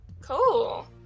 Cool